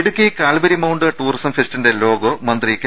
Idukki Calvary mount tourism ഫെസ്റ്റിന്റെ logo മന്ത്രി K